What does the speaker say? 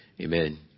Amen